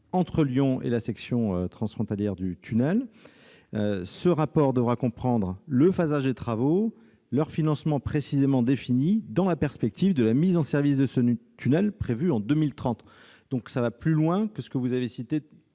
entre Lyon et la section transfrontalière du tunnel. Ce rapport devra comprendre le phasage des travaux et leur financement précisément définis, dans la perspective de la mise en service de ce tunnel prévue en 2030. » Cela va beaucoup plus loin que ce que prévoit